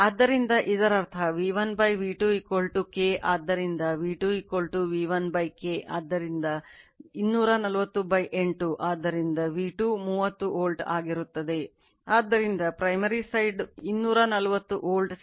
ಆದ್ದರಿಂದ ಇದರರ್ಥ V1 V2 K ಆದ್ದರಿಂದ V2 V1 K ಆದ್ದರಿಂದ 2408 ಆದ್ದರಿಂದ V2 30 ವೋಲ್ಟ್ ಆಗಿರುತ್ತದೆ